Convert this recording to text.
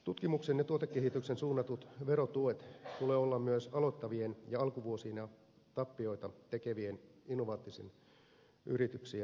tutkimukseen ja tuotekehitykseen suunnattujen verotukien tulee olla myös aloittavien ja alkuvuosina tappioita tekevien innovatiivisten yrityksien hyödynnettävissä